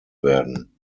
werden